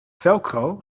velcro